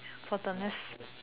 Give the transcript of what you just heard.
for the next